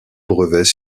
brevets